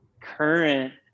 current